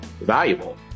valuable